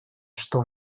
что